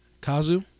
kazu